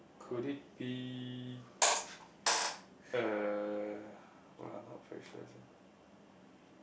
could it be uh !wah! I not very sure sia